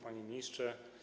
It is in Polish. Panie Ministrze!